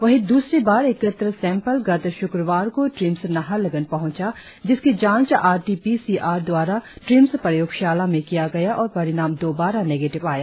वही दूसरी बार एकत्र सेंपल गत श्क्रवार को ट्रीम्स नाहरलगन पहुँचा जिसकी जाँच R T P C R द्वारा ट्रीम्स प्रयोगशाला में किया गया और परिणाम दोबारा निगेटीव आया